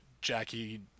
Jackie